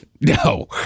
No